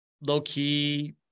low-key